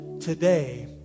today